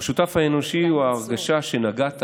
המשותף האנושי הוא ההרגשה שנגעת